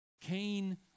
Cain